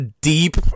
deep